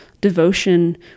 devotion